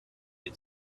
had